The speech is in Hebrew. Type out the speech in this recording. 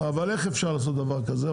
זה קורה בפועל.